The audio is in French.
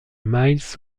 miles